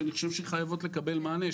שחייבות לקבל מענה.